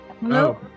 No